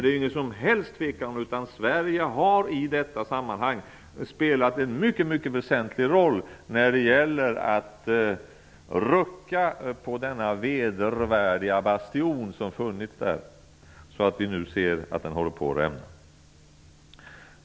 Det är ingen tvekan om att Sverige har spelat en mycket väsentlig roll i detta sammanhang för att rucka på den vedervärdiga bastionen så att den nu håller på att rämna. Herr talman!